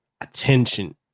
attention